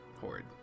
Horde